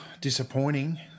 Disappointing